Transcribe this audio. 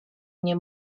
mnie